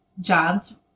John's